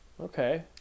Okay